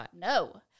No